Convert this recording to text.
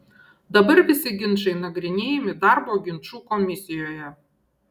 dabar visi ginčai nagrinėjami darbo ginčų komisijoje